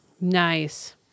Nice